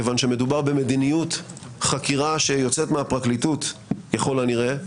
כיוון שמדובר במדיניות חקירה שיוצאת מהפרקליטות ככל הנראה.